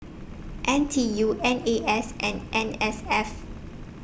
N T U N A S and N S F